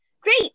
Great